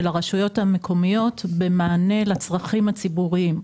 הרשויות המקומיות במענה לצרכים הציבוריים.